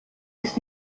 ist